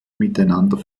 miteinander